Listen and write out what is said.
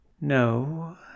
No